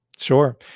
Sure